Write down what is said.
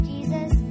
Jesus